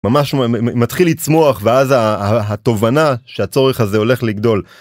ממש מתחיל לצמוח ואז התובנה שהצורך הזה הולך לגדול.